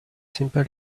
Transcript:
simple